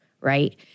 right